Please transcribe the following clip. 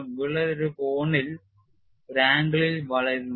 വിള്ളൽ ഒരു കോണിൽ വളരുന്നു